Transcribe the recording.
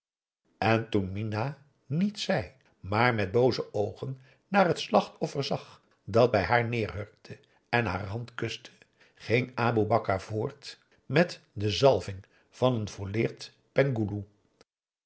en toen minah niets zei maar met booze oogen naar het slachtoffer zag dat bij haar neerhurkte en haar hand kuste ging aboe bakar voort met de zalving van een volleerd